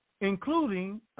including